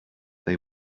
they